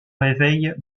réveille